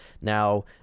now